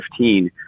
2015